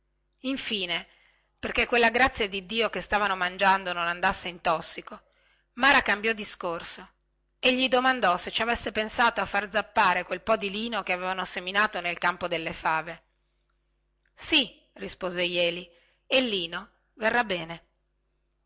infine perchè quella grazia di dio che stavano mangiando non andasse in tossico mara cambiò discorso e gli domandò se ci avesse pensato a far zappare quel po di lino che avevano seminato nel campo delle fave sì rispose jeli e il lino verrà bene